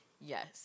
Yes